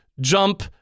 jump